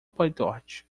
pytorch